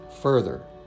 further